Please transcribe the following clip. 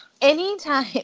anytime